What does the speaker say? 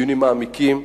בדיונים מעמיקים,